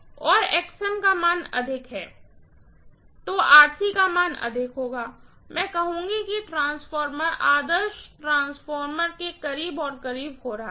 तो का मान अधिक है तो का मान अधिक होगा मैं कहूँगी कि ट्रांसफार्मर आदर्श ट्रांसफार्मर के करीब और करीब हो रहा है